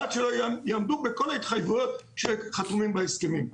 עד שלא יעמדו בכל ההתחייבויות שחתומים בהסכמים.